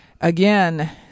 Again